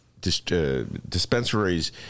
dispensaries